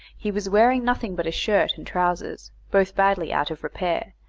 he was wearing nothing but a shirt and trousers, both badly out of repair,